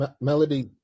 Melody